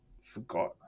forgot